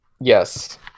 Yes